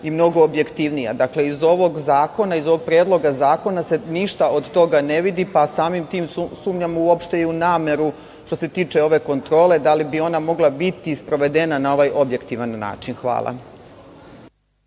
i mnogo objektivnija. Dakle, iz ovog Predloga zakona se ništa od toga ne vidi, pa samim tim sumnjamo uopšte i u nameru što se tiče ove kontrole da li bi ona mogla biti sprovedena na ovaj objektivan način. Hvala.